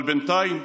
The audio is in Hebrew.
אבל בינתיים,